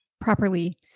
properly